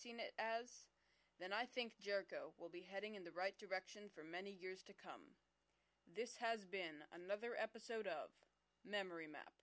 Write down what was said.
and then i think jericho will be heading in the right direction for many years to come this has been another episode of memory